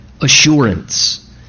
assurance